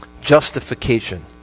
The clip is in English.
justification